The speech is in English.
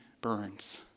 Burns